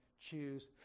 choose